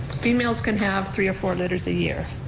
females can have three or four litters a year,